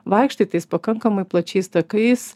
vaikštai tais pakankamai plačiais takais